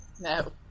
no